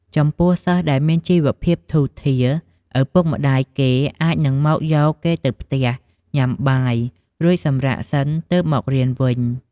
ចំពោះសិស្សដែលមានជីវភាពធូរធារ ឪពុកម្ដាយគេអាចនឹងមកយកគេទៅផ្ទះញុាំបាយ រួចសម្រាកសិនទើបមករៀនវិញ។